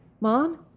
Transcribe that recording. Mom